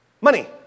Money